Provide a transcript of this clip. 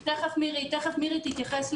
תיכף מירי תתייחס לזה.